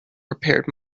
prepared